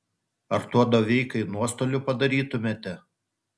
ar tuo doveikai nuostolių padarytumėte